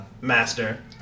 master